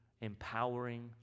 empowering